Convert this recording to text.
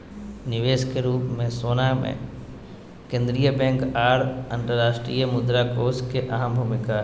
निवेश के रूप मे सोना मे केंद्रीय बैंक आर अंतर्राष्ट्रीय मुद्रा कोष के अहम भूमिका हय